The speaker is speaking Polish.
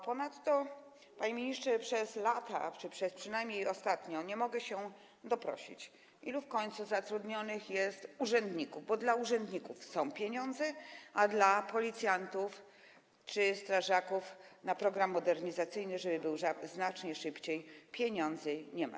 Ponadto, panie ministrze, przez lata, przynajmniej ostatnio, nie mogę się doprosić o informację, ilu w końcu zatrudnionych jest urzędników, bo dla urzędników są pieniądze, a dla policjantów czy strażaków na program modernizacyjny, żeby był przeprowadzony znacznie szybciej, pieniędzy nie ma.